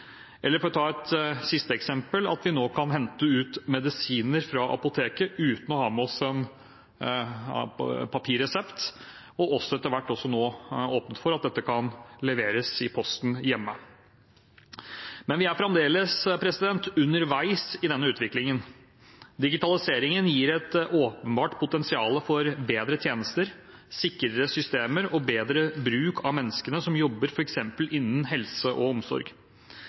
Eller for å ta et siste eksempel – vi kan nå hente ut medisiner fra apoteket uten å ha med oss papirresept. Etter hvert åpnes det for at dette også kan leveres i posten hjemme. Men vi er fremdeles underveis i denne utviklingen. Digitaliseringen gir et åpenbart potensial for bedre tjenester, sikrere systemer og bedre bruk av menneskene som jobber f.eks. innen helse og omsorg.